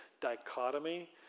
dichotomy